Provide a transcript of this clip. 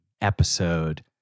episode